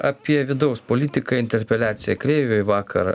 apie vidaus politiką interpeliaciją kreiviui vakar